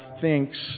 thinks